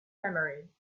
memory